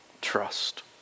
trust